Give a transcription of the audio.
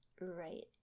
right